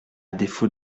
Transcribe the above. défaut